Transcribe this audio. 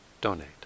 donate